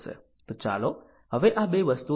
તો ચાલો હવે આ 2 વસ્તુઓ જોઈએ